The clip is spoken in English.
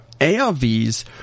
ARVs